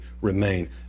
remain